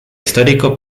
histórico